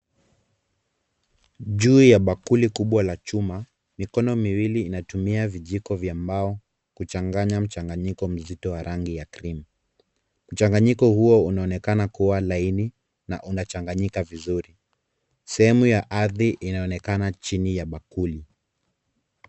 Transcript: Juu ya bakuli kubwa la chuma, mikono miwili inatumia vijiko vya mbao kuchanganya mchanganyiko mzito wa rangi ya krimu. Mchanganyiko huo unaonekana kuwa laini, na unachanganyika vizuri. Sehemu ya ardhi inaonekana chini ya bakuli.